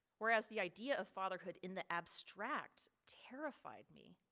whereas the idea of fatherhood in the abstract terrified me.